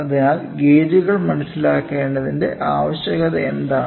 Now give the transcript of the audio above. അതിനാൽ ഗേജുകൾ മനസിലാക്കേണ്ടതിന്റെ ആവശ്യകത എന്താണ്